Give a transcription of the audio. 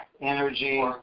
energy